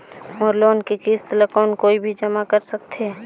मोर loan के किस्त ल कौन कोई भी जमा कर सकथे?